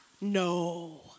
No